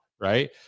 right